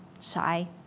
shy